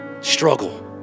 struggle